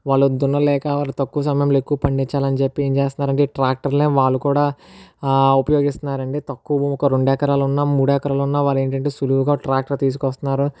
వాళ్ళు దున్నలేక వాళ్ళు తక్కువ సమయంలో ఎక్కువ పండించాలని చెప్పి ఎమ్ చేస్తున్నారంటే ట్రాక్టర్లే వాళ్ళు ఉపయోగిస్తున్నారు అండి తక్కువ ఒక రెండు ఎకరాలు ఉన్నా మూడు ఎకరాలు ఉన్నా వాళ్ళు ఏంటంటే సులువుగా ట్రాక్టర్ తీసుకొస్తున్నారు